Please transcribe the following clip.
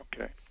Okay